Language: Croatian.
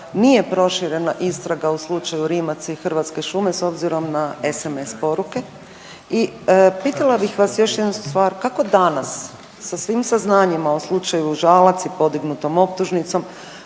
nije proširena istraga u slučaju Rimac i Hrvatske šume s obzirom na SMS poruke? I pitala bih vas još jednu stvar kako danas sa svim saznanjima o slučaju Žalac i podignutom optužnicom